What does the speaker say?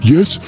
Yes